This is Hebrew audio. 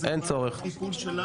אני חתום על ההצעה הזאת, נכון?